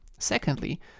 Secondly